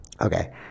Okay